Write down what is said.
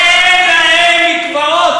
ואין להם מקוואות.